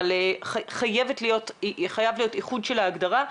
אבל חייב להיות איחוד של ההגדרה.